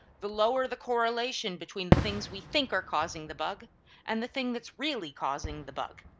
the lower the correlation between the things we think are causing the bug and the thing that's really causing the bug,